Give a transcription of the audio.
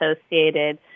associated